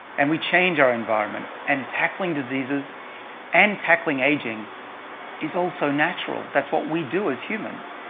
and we change our environment. and tackling diseases and tackling aging is also natural. that's what we do as humans.